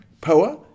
power